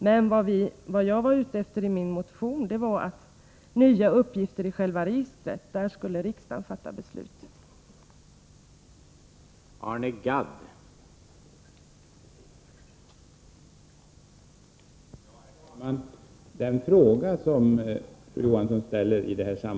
Men vad jag var ute efter i min motion var att riksdagen skulle fatta beslut när det gäller nya uppgifter i själva registret.